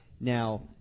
Now